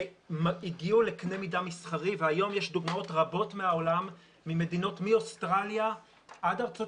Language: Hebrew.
שהגיעו לקנה מידה מסחרי והיום יש דוגמאות רבות מהעולם מאוסטרליה עד ארצות